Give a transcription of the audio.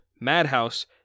madhouse